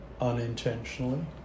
unintentionally